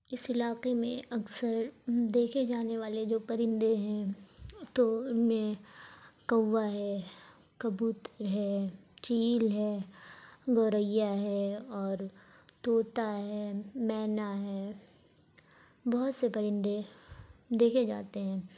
اس علاقے میں اکثر دیکھے جانے والے جو پرندے ہیں تو ان میں کوا ہے کبوتر ہے چیل ہے گوریا ہے اور طوطا ہے مینا ہے بہت سے پرندے دیکھے جاتے ہیں